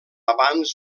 abans